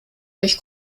durch